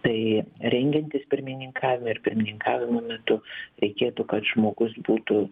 tai rengiantis pirmininkavimui ir pirmininkavimo metu reikėtų kad žmogus būtų